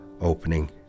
opening